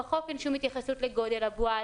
בחוק אין שום התייחסות לגודל הבועה,